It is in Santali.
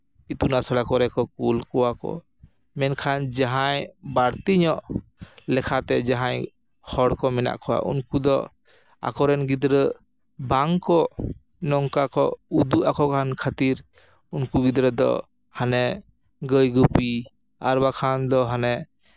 ᱤᱛᱩᱱ ᱟᱥᱲᱟ ᱠᱚᱨᱮ ᱠᱚ ᱠᱩᱞ ᱠᱚᱣᱟ ᱠᱚ ᱢᱮᱱᱠᱷᱟᱱ ᱡᱟᱦᱟᱸᱭ ᱵᱟᱹᱲᱛᱤ ᱧᱚᱜ ᱞᱮᱠᱷᱟᱛᱮ ᱡᱟᱦᱟᱸᱭ ᱦᱚᱲᱠᱚ ᱢᱮᱱᱟᱜ ᱠᱚᱣᱟ ᱩᱱᱠᱩ ᱫᱚ ᱟᱠᱚ ᱨᱮᱱ ᱜᱤᱫᱽᱨᱟᱹ ᱵᱟᱝ ᱠᱚ ᱱᱚᱝᱠᱟ ᱠᱚ ᱩᱫᱩᱜ ᱟᱠᱚ ᱠᱟᱱ ᱠᱷᱟᱹᱛᱤᱨ ᱩᱱᱠᱩ ᱜᱤᱫᱽᱨᱟᱹ ᱫᱚ ᱦᱟᱱᱮ ᱜᱟᱹᱭ ᱜᱩᱯᱤ ᱟᱨ ᱵᱟᱝᱠᱷᱟᱱ ᱫᱚ ᱦᱟᱱᱮ